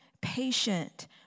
patient